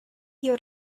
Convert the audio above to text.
your